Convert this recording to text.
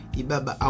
ibaba